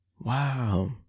Wow